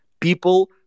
people